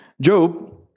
Job